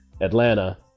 Atlanta